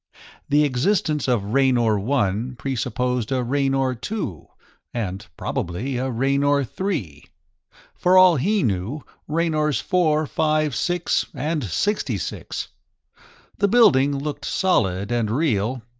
the existence of raynor one presupposed a raynor two and probably a raynor three for all he knew, raynors four, five, six, and sixty-six! the building looked solid and real.